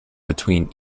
between